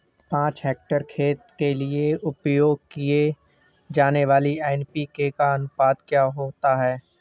पाँच हेक्टेयर खेत के लिए उपयोग की जाने वाली एन.पी.के का अनुपात क्या होता है?